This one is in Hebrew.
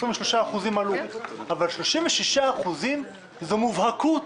אבל 36% זה מובהקוּת,